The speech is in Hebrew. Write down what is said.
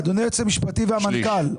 אדוני היועץ המשפטי והמנכ"ל,